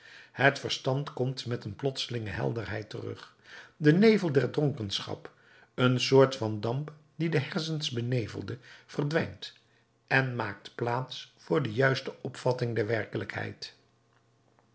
het verstand komt met een plotselinge helderheid terug de nevel der dronkenschap een soort van damp die de hersens benevelde verdwijnt en maakt plaats voor de juiste opvatting der werkelijkheid